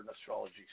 astrology